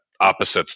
opposites